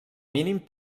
mínim